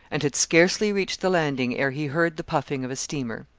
and had scarcely reached the landing ere he heard the puffing of a steamer.